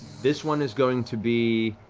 this one is going to be